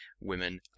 women